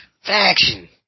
Faction